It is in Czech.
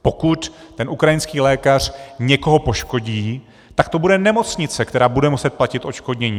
Pokud ten ukrajinský lékař někoho poškodí, tak to bude nemocnice, která bude muset platit odškodnění.